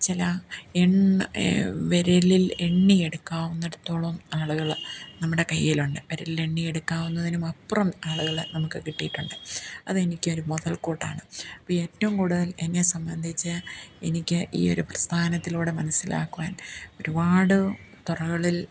ചില എണ്ണ വിരലിൽ എണ്ണി എടുക്കാവുന്നിടത്തോളം ആളുകൾ നമ്മുടെ കയ്യിലുണ്ട് വിരലിലെണ്ണി എടുക്കാവുന്നതിനുമപ്പുറം ആളുകളെ നമുക്ക് കിട്ടിയിട്ടുണ്ട് അതെനിക്കൊരു മുതൽക്കൂട്ടാണ് അപ്പം ഏറ്റവും കൂടുതൽ എന്നെ സംബന്ധിച്ച് എനിക്ക് ഈ ഒരു പ്രസ്ഥാനത്തിലൂടെ മനസ്സിലാക്കുവാൻ ഒരുപാട് തുറകളിൽ